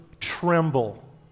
tremble